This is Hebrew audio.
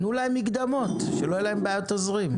תנו להם מקדמות שלא תהיה להם בעיית תזרים.